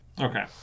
Okay